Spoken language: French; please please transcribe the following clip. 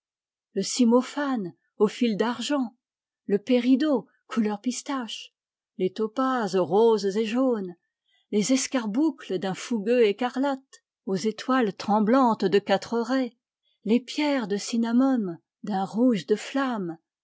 le cymo phane aux fds d'argent le péridot couleur pistache les topazes roses et jaunes les escarboucles d'un fougueux écarlate aux étoiles tremblantes de quatre rais les pierres de cinnamome d'un rouge de flamme